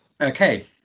Okay